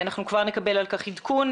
אנחנו כבר נקבל על כך עדכון.